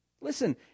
Listen